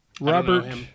Robert